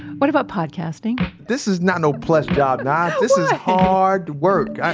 what about podcasting? this is not no plush job, nige, this is hard work.